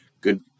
good